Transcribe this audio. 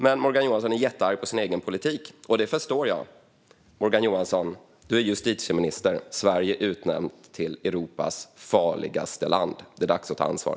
Men Morgan Johansson är jättearg på sin egen politik, och det förstår jag. Morgan Johansson är justitieminister, och Sverige är utnämnt till Europas farligaste land. Det är dags att ta ansvar.